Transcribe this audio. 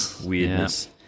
Weirdness